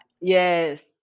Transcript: Yes